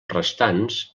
restants